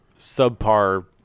subpar